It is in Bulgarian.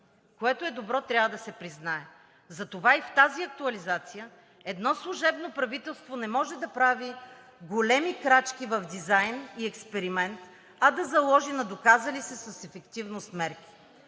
Което е добро – трябва да се признае. Затова и в тази актуализация едно служебно правителство не може да прави големи крачки в дизайн и експеримент, а да заложи на доказали се с ефективност мерки.